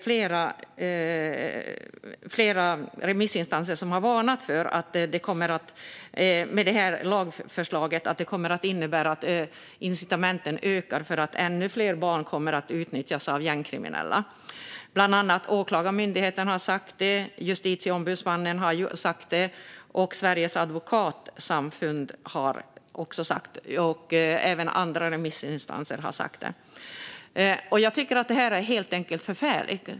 Flera remissinstanser har varnat för att lagförslaget kommer att innebära ett ökat incitament för de gängkriminella att utnyttja ännu fler barn. Åklagarmyndigheten, Justitieombudsmannen, Sveriges advokatsamfund med flera har sagt det. Detta är förfärligt.